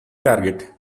target